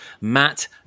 Matt